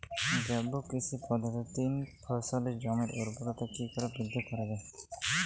জৈব কৃষি পদ্ধতিতে তিন ফসলী জমির ঊর্বরতা কি করে বৃদ্ধি করা য়ায়?